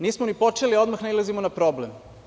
Nismo ni počeli odmah, a nailazimo na problem.